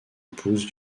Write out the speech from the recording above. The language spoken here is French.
épouse